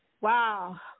Wow